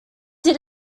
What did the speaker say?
did